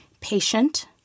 patient